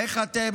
איך אתם,